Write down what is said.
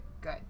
good